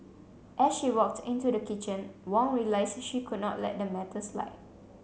as she walked into the kitchen Wong realized she could not let the matter slide